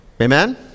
Amen